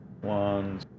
One